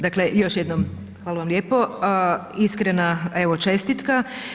Dakle, još jednom hvala vam lijepo, iskrena evo čestitka.